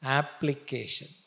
application